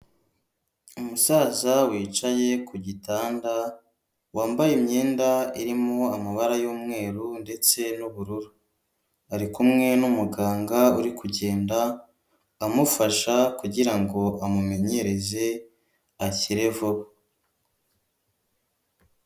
Umusaza wicaye ku gitanda wambaye imyenda irimo amabara y'umweru ndetse n'ubururu, ari kumwe n'umuganga uri kugenda amufasha kugira ngo amumenyereze akire vuba.